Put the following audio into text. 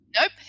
Nope